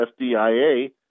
FDIA